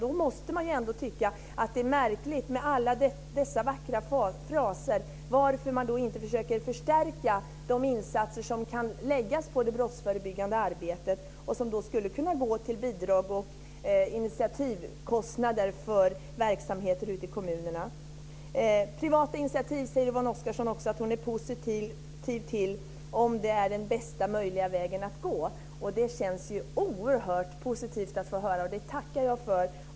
Man måste väl tycka att det är märkligt med alla dessa vackra fraser när man ändå inte försöker förstärka de insatser som kan läggas på det brottsförebyggande arbetet. De skulle kunna gå till bidrag och initiativkostnader för verksamheter ute i kommunerna. Yvonne Oscarsson säger att hon är positiv till privata initiativ om de är den bästa möjliga vägen att gå. Det känns oerhört positivt att få höra det, och jag tackar för det!